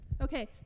Okay